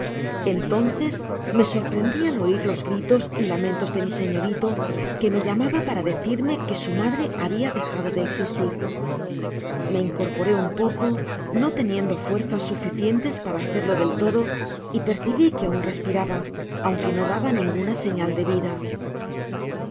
entonces me sorprendi al oir los gritos y lamentos de mi señorito que me llamaba para decirme que su madre habia dejado de existir me incorporé un poco no teniendo fuerzas suficientes para hacerlo del todo y percibi que aun respiraba aunque no daba ninguna señal de vida